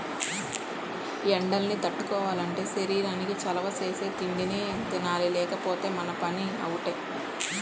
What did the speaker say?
ఎండల్ని తట్టుకోవాలంటే శరీరానికి చలవ చేసే తిండినే తినాలి లేకపోతే మన పని అవుటే